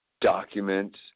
document